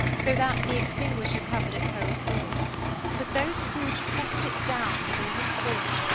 so that the extinguisher covered its whole form but though scrooge pressed it down with all his force,